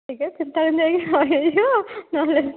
ନହେଲେ